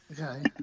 Okay